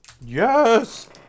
Yes